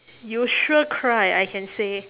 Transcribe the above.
you sure cry I can say